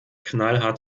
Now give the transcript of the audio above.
knallhart